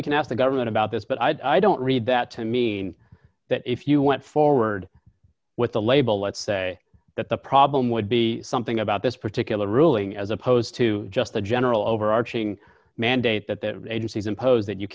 ask the government about this but i don't read that to mean that if you went forward with the label let's say that the problem would be something about this particular ruling as opposed to just the general overarching mandate that the agencies impose that you